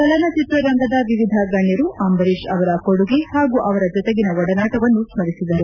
ಚಲನ ಚಿತ್ರ ರಂಗದ ವಿವಿಧ ಗಣ್ಣರು ಅಂಬರೀಶ್ ಅವರ ಕೊಡುಗೆ ಹಾಗೂ ಅವರ ಜೊತೆಗಿನ ಒಡನಾಟವನ್ನು ಸ್ಥರಿಸಿದರು